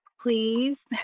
please